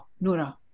Nora